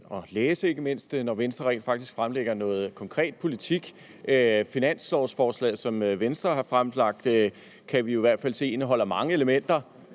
at læse om det, når Venstre rent faktisk fremlægger en konkret politik. Det finanslovsforslag, som Venstre har fremlagt, kan vi i hvert fald se indeholder mange elementer,